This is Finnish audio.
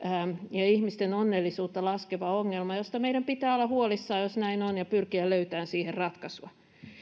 ja ihmisten onnellisuutta laskeva ongelma josta meidän pitää olla huolissamme jos näin on ja pyrkiä löytämään siihen ratkaisua